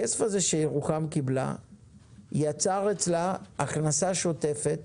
הכסף הזה שירוחם קיבלה יצר אצלה הכנסה שוטפת